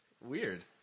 Weird